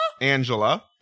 Angela